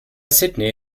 sydney